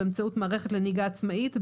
באמצעות מערכת לנהיגה עצמאית,